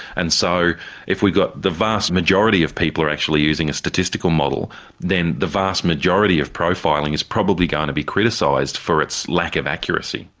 and so if we got the vast majority of people who are actually using a statistical model then the vast majority of profiling is probably going to be criticised for its lack of accuracy.